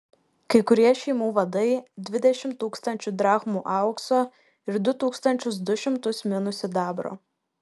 kai kurie šeimų vadai dvidešimt tūkstančių drachmų aukso ir du tūkstančius du šimtus minų sidabro